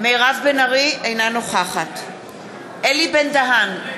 אינה נוכחת אלי בן-דהן,